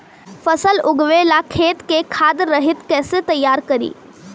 फसल उगवे ला खेत के खाद रहित कैसे तैयार करी?